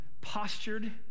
postured